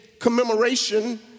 commemoration